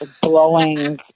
blowing